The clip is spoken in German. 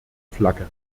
flagge